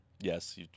yes